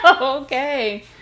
Okay